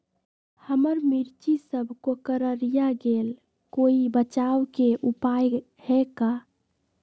हमर मिर्ची सब कोकररिया गेल कोई बचाव के उपाय है का?